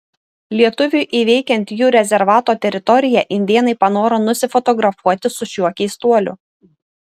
lietuviui įveikiant jų rezervato teritoriją indėnai panoro nusifotografuoti su šiuo keistuoliu